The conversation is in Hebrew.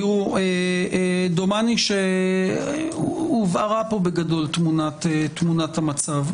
תראו, דומני שהובהרה פה בגדול תמונת המצב.